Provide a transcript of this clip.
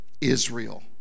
Israel